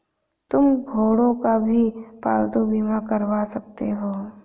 तुम घोड़ों का भी पालतू बीमा करवा सकते हो